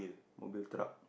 Mobil truck